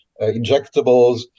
injectables